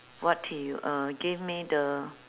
what he uh give me the